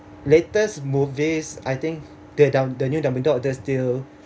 latest movies I think the dum~ the new dumbledore actor still